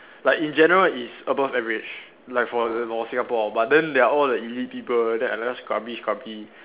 like in general it's above average like for the for Singapore but then they are all the elite people then I like scrubby scrubby